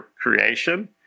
creation